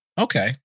Okay